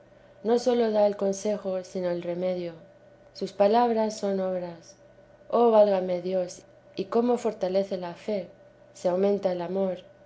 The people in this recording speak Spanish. no sólo da el consejo sino el remedio sus palabras son obras oh válame dios y como fortalece la fe se aumenta el amor